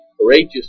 courageous